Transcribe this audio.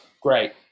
great